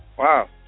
Wow